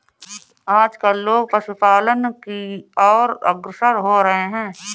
आजकल लोग पशुपालन की और अग्रसर हो रहे हैं